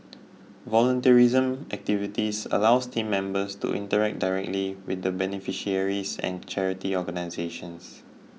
volunteerism activities allows team members to interact directly with the beneficiaries and charity organisations